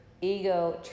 Ego